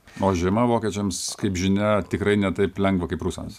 o žiema vokiečiams kaip žinia tikrai ne taip lengva kaip rusams